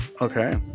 okay